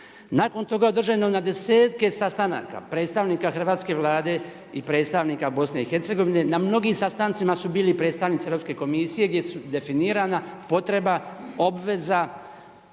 Nakon toga je održano je na desetke sastanaka predstavnika hrvatske Vlade i predstavnika BiH, na mnogim sastancima su bili i predstavnici Europske komisije gdje su definirana potreba, obveza